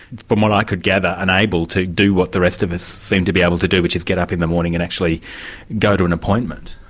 from what i could gather, unable to do what the rest of us seem to be able to do, which is get up in the morning and actually go to an appointment.